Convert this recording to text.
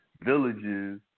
villages